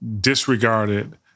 disregarded